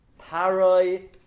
Paroi